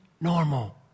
normal